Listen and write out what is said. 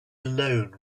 alone